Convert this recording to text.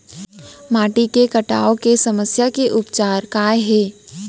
माटी के कटाव के समस्या के उपचार काय हे?